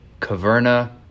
Caverna